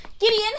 Gideon